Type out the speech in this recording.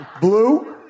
blue